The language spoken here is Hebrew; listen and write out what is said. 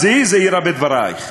אז היי זהירה בדברייך.